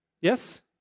Yes